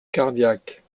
cardiaque